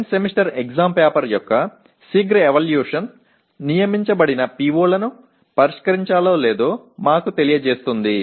end semester exam paper యొక్క శీఘ్ర evaluation నియమించబడిన POలను పరిష్కరించాలో లేదో మాకు తెలియజేస్తుంది